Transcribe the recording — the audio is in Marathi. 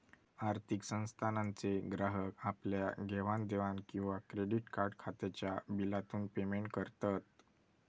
आर्थिक संस्थानांचे ग्राहक आपल्या घेवाण देवाण किंवा क्रेडीट कार्ड खात्याच्या बिलातून पेमेंट करत